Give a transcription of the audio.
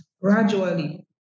gradually